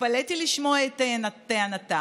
התפלאתי לשמוע את טענתה,